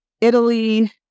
Italy